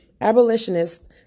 abolitionists